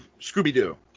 Scooby-Doo